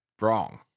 wrong